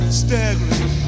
staggering